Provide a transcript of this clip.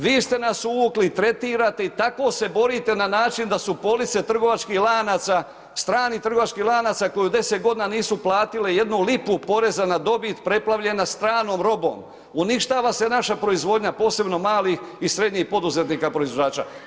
Vi ste nas uvukli i tretirate i tako se borite na način da su police trgovačkih lanaca, stranih trgovačkih lanaca koje 10 godina nisu platile jednu lipu poreza na dobit preplavljena stanom robom, uništava se naša proizvodnja posebno malih i srednjih poduzetnika proizvođača.